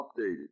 updated